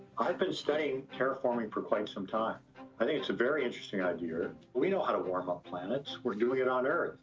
i've been studying terraforming for quite some time. i think it's a very interesting idea. we know how to warm up planets. we're doing it on earth.